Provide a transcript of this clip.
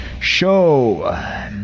Show